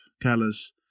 callous